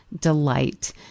delight